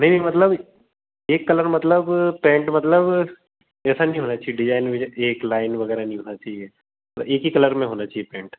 नहीं नहीं मतलब एक कलर मतलब पैन्ट मतलब ऐसा नहीं होना चाहिए डिजाइन विजा एक लाइन वगैरह नहीं होना चाहिए मतलब एक ही कलर में होना चहिए पेंट